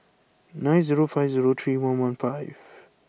nine zero five zero three one one five